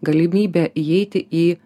galimybė įeiti į